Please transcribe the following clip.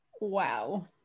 Wow